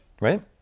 right